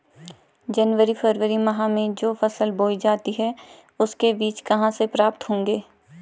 जनवरी फरवरी माह में जो फसल बोई जाती है उसके बीज कहाँ से प्राप्त होंगे?